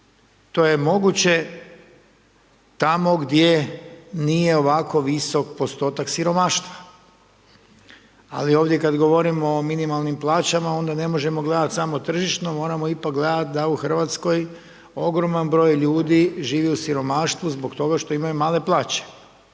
To je moguće tamo gdje nije ovako visok postotak siromaštva. Ali ovdje kada govorimo o minimalnim plaćama onda ne možemo gledati samo tržišno, moramo ipak gledati da u Hrvatskoj ogroman broj ljudi živi u siromaštvu zbog toga što imaju male plaće.